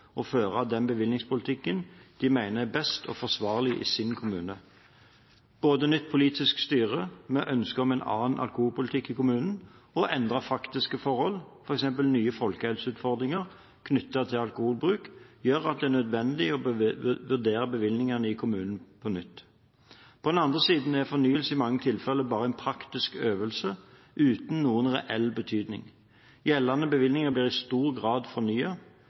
å føre den bevillingspolitikken de mener er best og forsvarlig, i sin kommune. Både nytt politisk styre, med ønske om en annen alkoholpolitikk i kommunen, og endrede faktiske forhold, f.eks. nye folkehelseutfordringer knyttet til alkoholbruk, gjør at det er nødvendig å vurdere bevillingene i kommunen på nytt. På den andre siden er fornyelser i mange tilfeller bare en praktisk øvelse uten noen reell betydning. Gjeldende bevillinger blir i stor grad